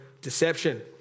deception